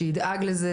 שידאג לזה.